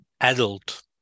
adult